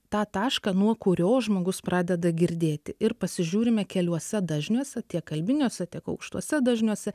tą tašką nuo kurio žmogus pradeda girdėti ir pasižiūrime keliuose dažniuose tiek kalbiniuose tiek aukštuose dažniuose